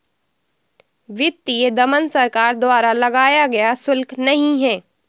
वित्तीय दमन सरकार द्वारा लगाया गया शुल्क नहीं है